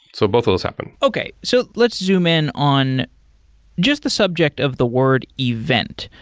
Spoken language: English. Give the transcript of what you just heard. so both of those happen. okay. so let's zoom in on just the subject of the word event.